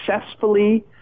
successfully